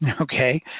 okay